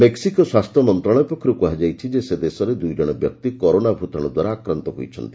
Mexico ସ୍ୱାସ୍ଥ୍ୟ ମନ୍ତ୍ରଣାଳୟ ପକ୍ଷରୁ କୁହାଯାଇଛି ଯେ ସେ ଦେଶରେ ଦୁଇ ଜଣ ବ୍ୟକ୍ତି କରୋନା ଭୂତାଣୁ ଦ୍ୱାରା ଆକ୍ରାନ୍ତ ହୋଇଛନ୍ତି